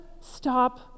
stop